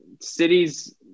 cities